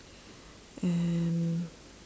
and